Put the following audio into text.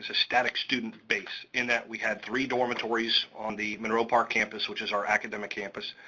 static student base, in that we had three dormitories on the monroe park campus, which is our academic campus.